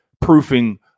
proofing